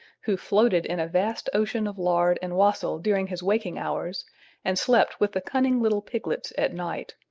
who floated in a vast ocean of lard and wassail during his waking hours and slept with the cunning little piglets at night.